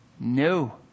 No